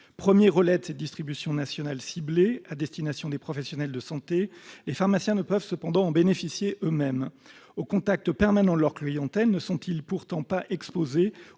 Premiers relais de cette distribution nationale ciblée à destination des professionnels de santé, les pharmaciens ne peuvent pas en bénéficier eux-mêmes. Au contact permanent de leur clientèle, ne sont-ils pas, pourtant, exposés